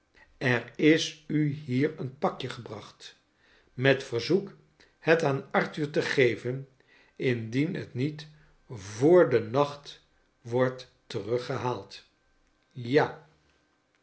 er is u hier een pakje gebracht met verzoek het aan arthur te geven indien het niet voor den nacht wordt teruggehaald ja